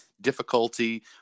difficulty